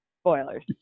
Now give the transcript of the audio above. spoilers